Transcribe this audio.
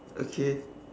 okay